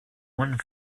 one